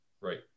right